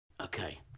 Okay